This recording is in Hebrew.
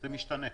זה משתנה.